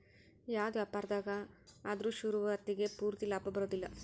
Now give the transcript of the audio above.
ಯಾವ್ದ ವ್ಯಾಪಾರ್ದಾಗ ಆದ್ರು ಶುರುವಾತಿಗೆ ಪೂರ್ತಿ ಲಾಭಾ ಬರೊದಿಲ್ಲಾ